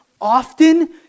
often